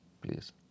please